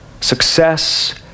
success